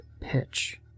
pitch